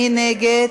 מי נגד?